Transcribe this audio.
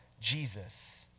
Jesus